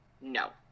no